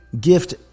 gift